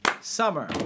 Summer